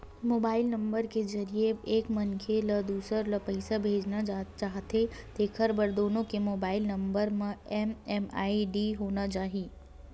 mobile number के जरिए एक मनखे ह दूसर ल पइसा भेजना चाहथे तेखर बर दुनो के मोबईल नंबर म एम.एम.आई.डी होना चाही